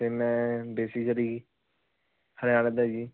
ਅਤੇ ਮੈਂ ਬੇਸਿਕਲੀ ਹਰਿਆਣੇ ਦਾ ਜੀ